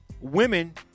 women